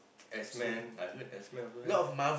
X-Men I heard X-Men also have